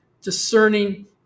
discerning